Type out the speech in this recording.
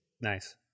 Nice